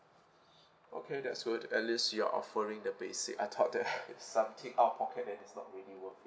okay that's good at least you're offering the basic I thought that it's something out of pocket and it's not really worth it